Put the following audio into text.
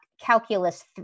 calculus